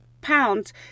pounds